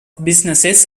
businesses